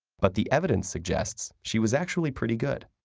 but the evidence suggests she was actually pretty good.